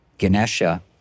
Ganesha